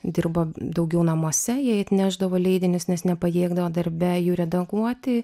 dirbo daugiau namuose jai atnešdavo leidinius nes nepajėgdavo darbe jų redaguoti